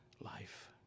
life